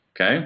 Okay